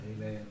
Amen